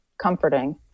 comforting